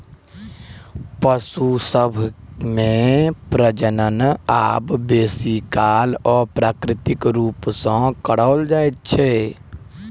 पशु सभ मे प्रजनन आब बेसी काल अप्राकृतिक रूप सॅ कराओल जाइत छै